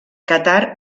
qatar